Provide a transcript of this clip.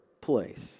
place